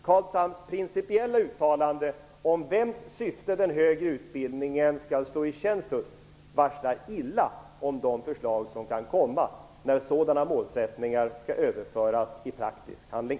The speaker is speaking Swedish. Carl Thams principiella uttalande om vems syfte den högre utbildningen skall tjäna varslar illa om de förslag som kan komma när sådana målsättningar skall överföras i praktisk handling.